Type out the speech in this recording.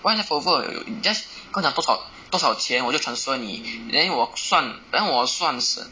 why leftover just 跟我讲多少多少钱我就 transfer 你 then 我算 then 我算剩